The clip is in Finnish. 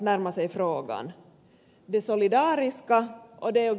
det solidariska och det egoistiska